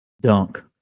dunk